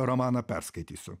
romaną perskaitysiu